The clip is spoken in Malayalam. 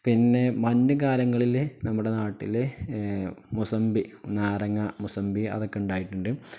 പിന്നെ മഞ്ഞുകാലങ്ങളില് നമ്മുടെ നാട്ടില് മുസമ്പി നാരങ്ങ മുസമ്പി അതൊക്കെ ഉണ്ടായിട്ടുണ്ട്